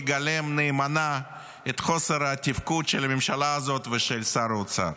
התקציב הזה מגלם נאמנה את חוסר התפקוד של הממשלה הזאת ושל שר האוצר,